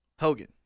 Hogan